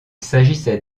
s’agissait